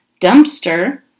dumpster